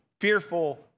fearful